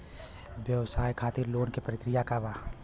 व्यवसाय खातीर लोन के प्रक्रिया का बा?